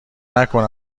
نکنم